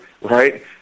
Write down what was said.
right